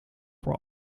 voor